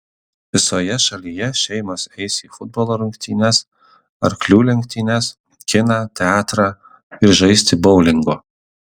visoje šalyje šeimos eis į futbolo rungtynes arklių lenktynes kiną teatrą ir žaisti boulingo